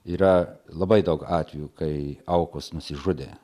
yra labai daug atvejų kai aukos nusižudė